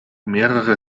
mehrere